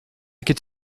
could